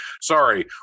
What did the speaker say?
sorry